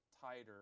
tighter